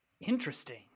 Interesting